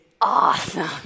awesome